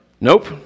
Nope